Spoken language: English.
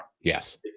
Yes